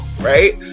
right